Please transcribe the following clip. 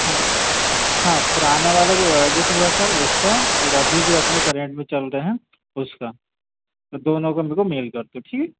हाँ पुराना वाला जो वह ओडिट हुआ था उसका और अभी जो अपने करेंट में चल रहे हैं उसका तो दोनों को मेरेको मेल कर के ठीक